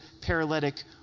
paralytic